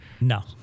No